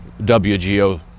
WGO